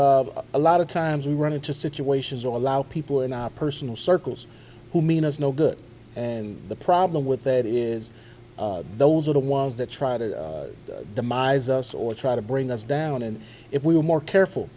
a lot of times we run into situations or allow people in our personal circles who mean us no good and the problem with that is those are the ones that try to demise us or try to bring us down and if we were more careful